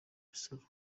imisoro